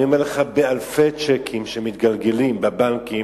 אני אומר לך באלפי צ'קים שמתגלגלים בבנקים,